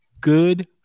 good